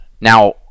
Now